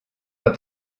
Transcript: pas